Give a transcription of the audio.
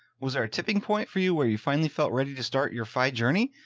was there a tipping point for you where you finally felt ready to start your fight journey?